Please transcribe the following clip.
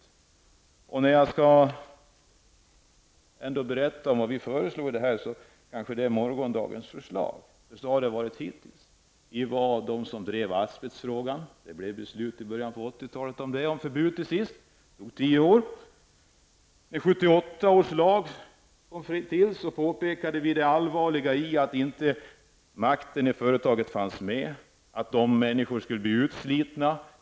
Hittills har det varit så att det vi föreslår har varit något av morgondagens förslag. Vi drev asbestfrågan. I början av 80-talet blev det till sist beslut om förbud. Det tog tio år. När 1978 års lag kom till påpekade vi det allvarliga i att inte makten i företaget fanns med om människor skulle bli utslitna.